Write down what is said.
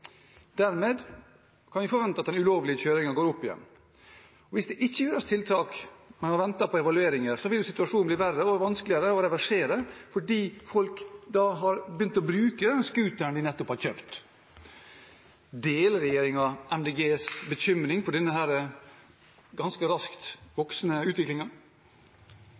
Dermed kan vi forvente at den ulovlige kjøringen øker. Hvis det ikke gjøres tiltak mens man venter på evalueringen, vil situasjonen bli verre og vanskeligere å reversere, fordi folk da har begynt å bruke scooteren de nettopp har kjøpt. Deler regjeringen Miljøpartiet De Grønnes bekymring for denne ganske raskt voksende